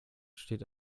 steht